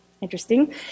interesting